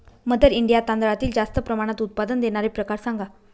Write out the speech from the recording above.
mother India तांदळातील जास्त प्रमाणात उत्पादन देणारे प्रकार सांगा